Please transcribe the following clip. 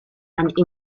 and